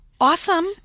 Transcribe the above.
awesome